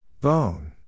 Bone